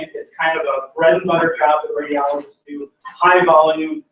it's kind of a bread and butter job that radiologists do, high volume,